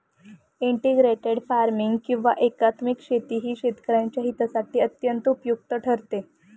integrated farming किंवा एकात्मिक शेती ही शेतकऱ्यांच्या हितासाठी अत्यंत उपयुक्त ठरते